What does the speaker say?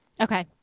Okay